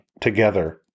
together